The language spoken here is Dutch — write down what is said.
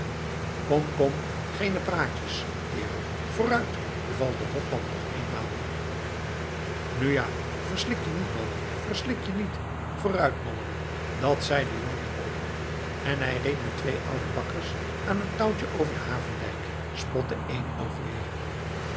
kom kom geene praatjes kerel vooruit beval de hopman nog eenmaal nu ja verslik je niet man verslik je niet vooruit mannen dat zei de jongen ook en hij reed met twee oude bakkers aan een touwtje over den havendijk spotte eenoog